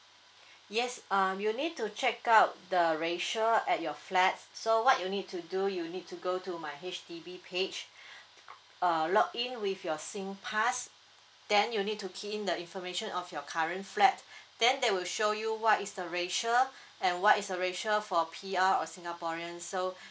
yes um you need to check out the racial at your flat f~ so what you need to do you need to go to my H_D_B page uh login with your singpass then you need to key in the information of your current flat then they will show you what is the racial and what is a ratio for P_R or singaporean so